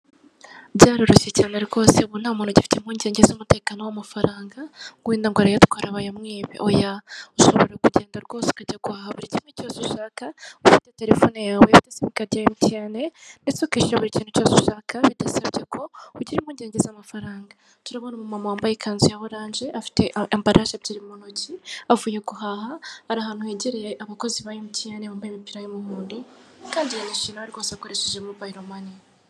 Byaroroshye cyane rwose, ubu nta muntu ugifite impungenge z'umutekano w'amafaranga, ngo wenda ngo arayatwara bayamwibe, oya, ushobora kugenda rwose ukajya guhaha buri kimwe cyose ushaka, ufite terefone yawe na simukadi ya Emutiyene, ndetse ukishyura buri kintu cyose ushaka bidasabye ko, ugira impungenge z'amafaranga, turabona umumama wambaye ikanzu ya oranje afite ambaraje ebyiri mu ntoki, avuye guhaha, ari ahantu hegereye abakozi ba Emutiyene bambaye imipira y'umuhondo, kandi yanishyuye na we rwose akoresheje mobayiromani.